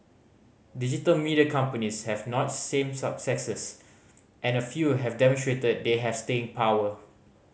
digital media companies have notched same successes and a few have demonstrated they have staying power